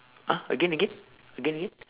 !huh! again again again again